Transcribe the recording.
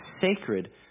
sacred